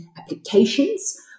applications